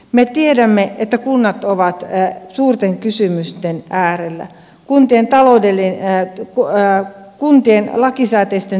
me tiedämme että kunnat ovat suurten kysymysten äärellä kuntien taloudellinen puoli jää kuntien lakisääteisten